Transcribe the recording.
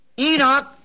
Enoch